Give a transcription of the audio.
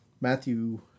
Matthew